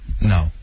No